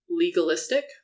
legalistic